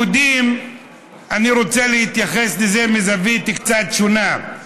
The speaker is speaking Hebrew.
אני רוצה להתייחס לזה מזווית קצת שונה.